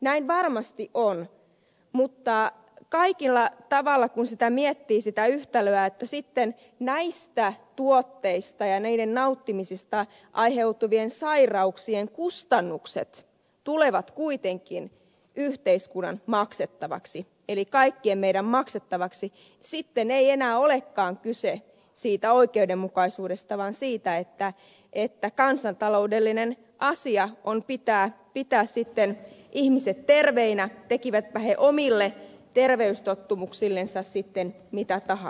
näin varmasti on mutta kaikella tavalla kun miettii sitä yhtälöä että sitten näistä tuotteista ja niiden nauttimisesta aiheutuvien sairauksien kustannukset tulevat kuitenkin yhteiskunnan maksettaviksi eli kaikkien meidän maksettaviksemme niin sitten ei enää olekaan kyse oikeudenmukaisuudesta vaan siitä että kansantaloudellinen asia on pitää ihmiset terveinä tekivätpä he omille terveystottumuksillensa sitten mitä tahansa